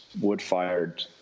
wood-fired